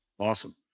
Awesome